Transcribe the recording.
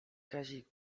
kazik